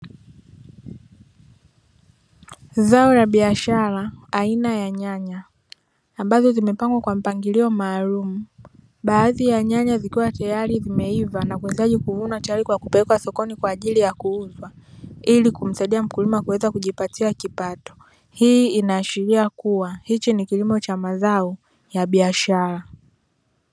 Zao la biashara aina ya nyanya ambazo zimepangwa kwa mpangilio maalumu, baadhi ya nyanya zikiwa tayari zimeiva na kuhitaji kuvunwa tayari kwa kupelekwa sokoni kwa ajili ya kuuzwa, ili kumsaidia mkulima kuweza kujipatia kipato. Hii inaashiria kuwa hichi ni kilimo cha mazao ya biashara.